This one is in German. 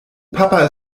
papa